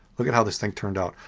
look at how this thing turned out.